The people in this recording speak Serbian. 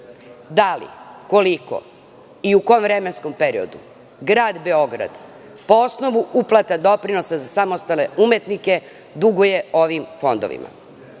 Da li, koliko i u kom vremenskom periodu Grad Beograd po osnovu uplata doprinosa za samostalne umetnike duguje ovim fondovima?